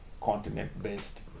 continent-based